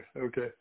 okay